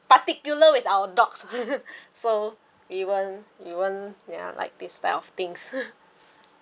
particular with our dogs so even even ya like this type of things